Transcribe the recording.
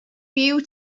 byw